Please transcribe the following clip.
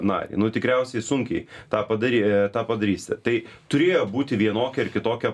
na nu tikriausiai sunkiai tą padary tą padarysi tai turėjo būti vienokia ar kitokia